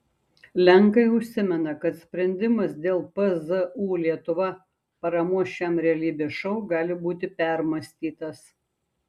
lenkai užsimena kad sprendimas dėl pzu lietuva paramos šiam realybės šou gali būti permąstytas